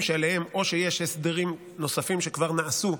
שעליהם יש הסדרים נוספים שכבר נעשו,